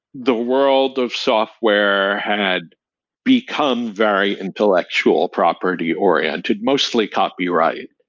the world of software had become very intellectual property-oriented. mostly copyright.